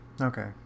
Okay